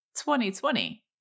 2020